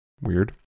Weird